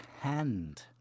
hand